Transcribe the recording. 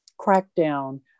crackdown